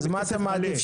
אז מה אתה מעדיף?